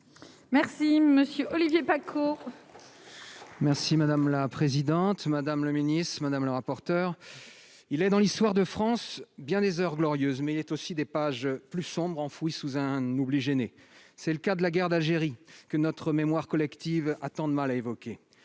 parole est à M. Olivier Paccaud, sur l'article. Madame la présidente, madame la ministre, mes chers collègues, il est dans l'histoire de France bien des heures glorieuses, mais il est aussi des pages plus sombres, enfouies sous un oubli gêné. C'est le cas de la guerre d'Algérie, dont notre mémoire collective a tant de mal à s'emparer.